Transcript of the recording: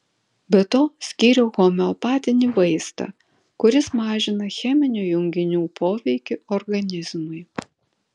be to skyriau homeopatinį vaistą kuris mažina cheminių junginių poveikį organizmui